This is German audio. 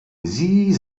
sie